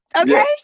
Okay